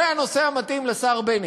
זה הנושא המתאים לשר בנט,